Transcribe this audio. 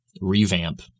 revamp